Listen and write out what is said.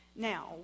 Now